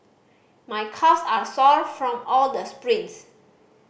my calves are sore from all the sprints